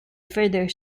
further